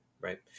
Right